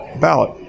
ballot